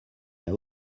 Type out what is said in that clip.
n’a